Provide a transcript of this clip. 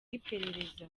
iperereza